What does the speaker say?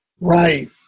Right